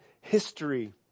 history